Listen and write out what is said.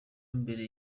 mbere